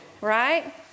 right